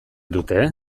dute